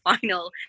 final